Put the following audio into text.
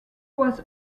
was